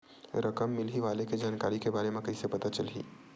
रकम मिलही वाले के जानकारी के बारे मा कइसे पता चलही?